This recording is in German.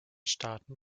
staaten